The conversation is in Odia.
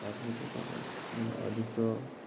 ଶାରୀରିକ ଅଧିକ